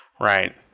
Right